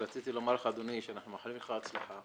רציתי לומר לך, אדוני, שאנחנו מאחלים לך הצלחה.